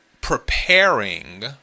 preparing